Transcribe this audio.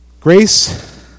Grace